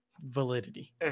validity